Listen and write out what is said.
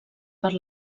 per